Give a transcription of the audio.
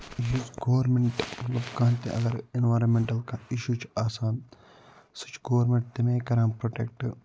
یُس گورمٮ۪نٛٹ مطلب کانٛہہ تہِ اگر اِنوارَمٮ۪نٛٹل کانٛہہ اِشوٗ چھِ آسان سُہ چھِ گورمٮ۪نٛٹ تَمہِ آے کَران پرٛوٹٮ۪کٹ